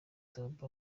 perezida